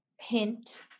hint